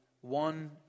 one